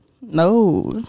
No